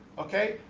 okay,